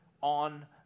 on